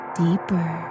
deeper